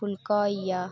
फुल्का होइया